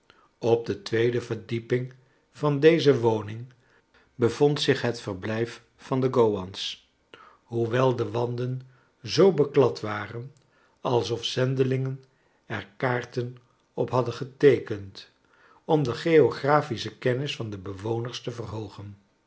op de tweede verdieping van deze w oning bevond zich het verblijf van de g owans hoewel de wanden zoo beklad waren alsof zendelingen er kaarten op hadden geteekend om de geografische kemiis van de bewoners te verhoogen